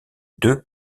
deux